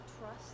trust